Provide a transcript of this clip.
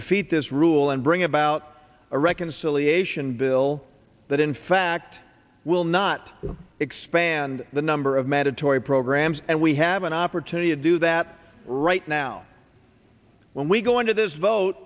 defeat this rule and bring about a reconciliation bill that in fact will not expand the number of mandatory programs and we have an opportunity to do that right now when we go into this vote